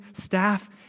staff